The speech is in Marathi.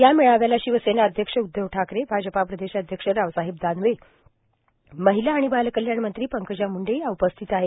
या मेळाव्याला शिवसेना अध्यक्ष उध्दव ठाकरे भाजपा प्रदेशाध्यक्ष रावसाहेब दानवे महिला आणि बालकल्याण मंत्री पंकजा मुंडे या उपस्थित आहेत